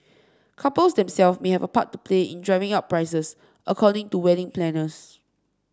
couples themselves may have a part to play in driving up prices according to wedding planners